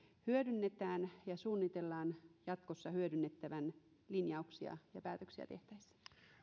hyödynnetään ja suunnitellaan jatkossa hyödynnettävän linjauksia ja päätöksiä tehtäessä